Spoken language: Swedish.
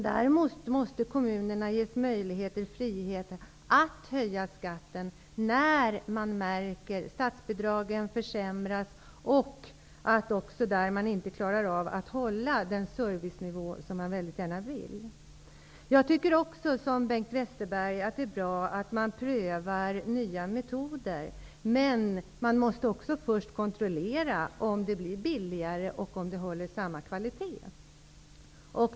Därför måste kommunerna ges möjlighet och frihet att höja skatten när statsbidragen försämras och man märker att man inte klarar av att hålla den servicenivå som man så väldigt gärna vill. Jag tycker också som Bengt Westerberg att det är bra att man prövar nya metoder. Men man måste först kontrollera om det blir billigare och om man kan hålla samma kvalitet.